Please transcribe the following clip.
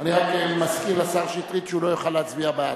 אני רק מזכיר לשר שטרית שהוא לא יוכל להצביע בעד.